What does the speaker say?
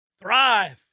thrive